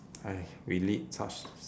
!aiya! we lead such